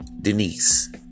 Denise